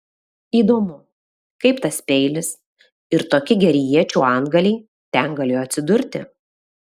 įdomu kaip tas peilis ir tokie geri iečių antgaliai ten galėjo atsidurti